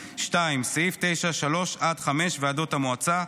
(2) סעיף 9(3) עד (5) ועדות המועצה,